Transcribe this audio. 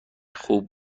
خوب